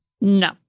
No